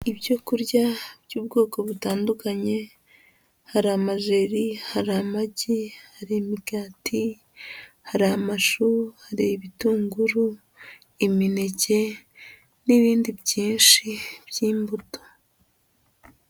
Ibyo kurya by'ubwoko butandukanye, hari amajeri, hari amagi, hari imigati, hari amashu, hari ibitunguru, imineke, n'ibindi byinshi by'imbuto.